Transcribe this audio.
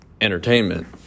Entertainment